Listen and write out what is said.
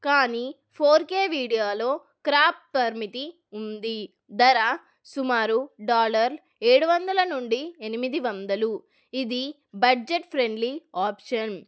కానీ four K వీడియోలో crop పరిమితి ఉంది ధర సుమారు డాలర్ ఏడు వందల నుండి ఎనిమిది వందలు ఇది బడ్జెట్ ఫ్రెండ్లీ ఆప్షన్